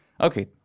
Okay